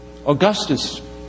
Augustus